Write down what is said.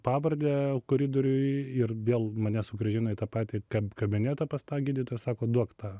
pavardę koridoriuj ir vėl mane sugrąžino į tą patį kabinetą pas tą gydytoją sako duok tą